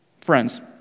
Friends